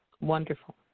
Wonderful